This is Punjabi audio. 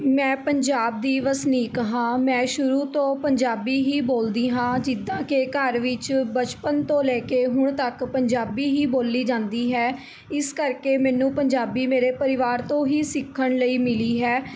ਮੈਂ ਪੰਜਾਬ ਦੀ ਵਸਨੀਕ ਹਾਂ ਮੈਂ ਸ਼ੁਰੂ ਤੋਂ ਪੰਜਾਬੀ ਹੀ ਬੋਲਦੀ ਹਾਂ ਜਿੱਦਾਂ ਕਿ ਘਰ ਵਿੱਚ ਬਚਪਨ ਤੋਂ ਲੈ ਕੇ ਹੁਣ ਤੱਕ ਪੰਜਾਬੀ ਹੀ ਬੋਲੀ ਜਾਂਦੀ ਹੈ ਇਸ ਕਰਕੇ ਮੈਨੂੰ ਪੰਜਾਬੀ ਮੇਰੇ ਪਰਿਵਾਰ ਤੋਂ ਹੀ ਸਿੱਖਣ ਲਈ ਮਿਲੀ ਹੈ